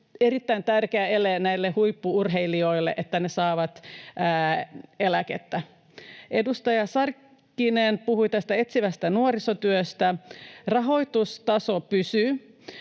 erittäin tärkeä ele huippu-urheilijoille, että he saavat eläkettä. Edustaja Sarkkinen puhui etsivästä nuorisotyöstä. Rahoitustaso pysyy